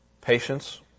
Patience